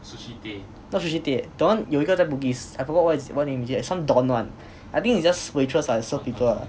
not Sushi Tei eh that one 有一个在 bugis I forgot what is it what name is it some don [one] I think is just waitress ah serve people ah